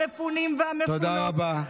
המפונים והמפונות,